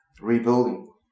rebuilding